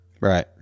Right